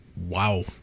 Wow